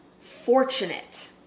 fortunate